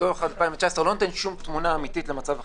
דוח 2019 לא נותן לי שום תמונה אמיתית על מצב החברה.